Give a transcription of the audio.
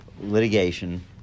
litigation